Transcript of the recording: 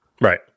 Right